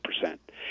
percent